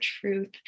truth